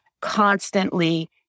constantly-